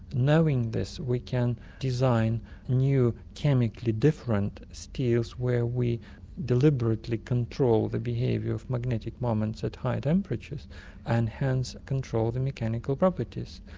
knowing this, we can design new chemically different steels where we deliberately control the behaviour of magnetic moments at high temperatures and hence control the mechanical properties.